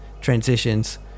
transitions